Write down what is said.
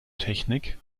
technik